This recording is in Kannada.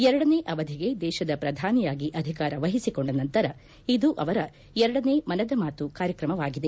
ಎರಡನೇ ಅವಧಿಗೆ ದೇಶದ ಪ್ರಧಾನಿಯಾಗಿ ಅಧಿಕಾರ ವಹಿಸಿಕೊಂಡ ನಂತರ ಇದು ಅವರ ಎರಡನೇ ಮನದ ಮಾತು ಕಾರ್ಯಕ್ರಮವಾಗಿದೆ